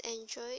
enjoy